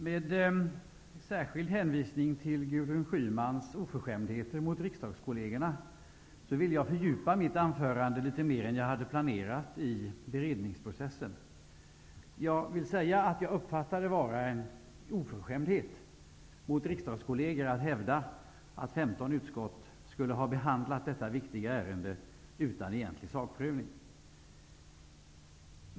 Herr talman! Med särskild hänvisning till Gudrun Schymans oförskämdheter mot riksdagskollegerna kommer jag i mitt anförande att fördjupa mig litet mera i beredningsprocessen än vad jag hade tänkt göra. Jag uppfattar det som en oförskämdhet mot riksdagskolleger att hävda att 15 utskott skulle ha behandlat detta viktiga ärende utan någon egentlig sakprövning.